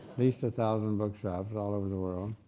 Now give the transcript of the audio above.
least a thousand bookshops all over the world,